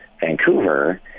Vancouver